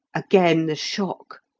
again the shock,